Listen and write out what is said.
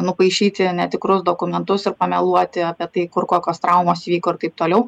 nupaišyti netikrus dokumentus ir pameluoti apie tai kur kokios traumos vyko ir taip toliau